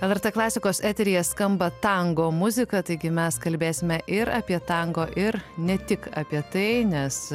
lrt klasikos eteryje skamba tango muzika taigi mes kalbėsime ir apie tango ir ne tik apie tai nes